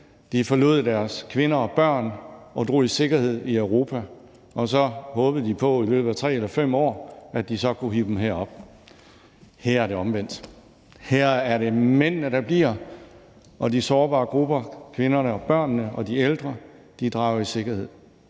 forlod deres kvinder og børn og drog i sikkerhed i Europa, og så håbede de på, at de i løbet af 3 eller 5 år kunne hive dem herop. Her er det omvendt. Her er det mændene, der bliver, og de sårbare grupper, kvinderne og børnene og de ældre, drager i sikkerhed.